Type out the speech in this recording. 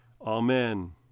Amen